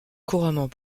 couramment